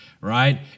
right